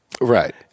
Right